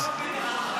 לא רק ביטחון,